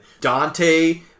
Dante